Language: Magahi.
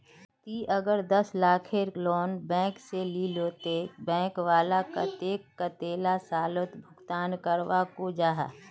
ती अगर दस लाखेर लोन बैंक से लिलो ते बैंक वाला कतेक कतेला सालोत भुगतान करवा को जाहा?